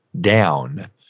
down